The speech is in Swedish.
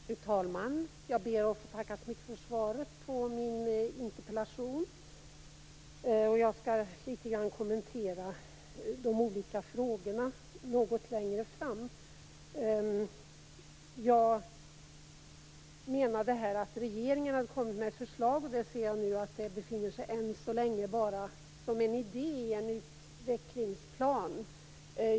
Fru talman! Jag ber att få tacka så mycket för svaret på min interpellation. Jag skall kommentera de olika frågorna litet grand något längre fram. Jag menade här att regeringen hade kommit med ett förslag. Jag ser nu att det än så länge bara befinner sig som en idé i en utvecklingsplan.